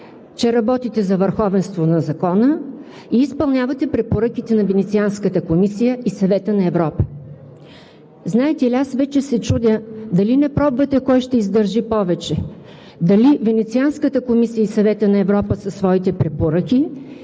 че работите за върховенство на закона и изпълнявате препоръките на Венецианската комисия и Съвета на Европа. Знаете ли, аз вече се чудя дали не пробвате кой ще издържи повече – дали Венецианската комисия и Съветът на Европа със своите препоръки